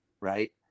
right